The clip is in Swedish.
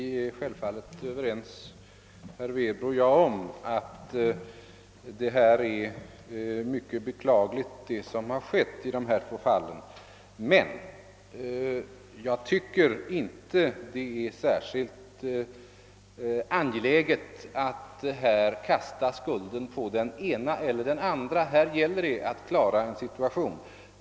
Herr talman! Herr Werbro och jag är självfallet överens om att det som skett i dessa två fall är mycket beklagligt. Men jag tycker inte att det är särskilt angeläget att här kasta skulden på den ena eller den andra. Här gäller det att klara den situation som föreligger.